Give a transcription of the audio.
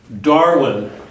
Darwin